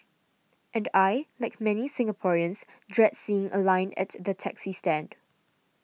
and I like many Singaporeans dread seeing a line at the taxi stand